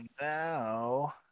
now